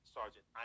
Sergeant